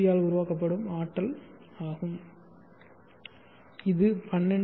யால் உருவாக்கப்படும் ஆற்றல் ஆகும் இது 12